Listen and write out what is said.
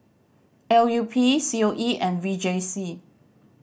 L U P C O E and V J C